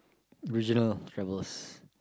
regional travels